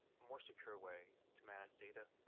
more secure way to manage data,